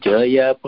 Jaya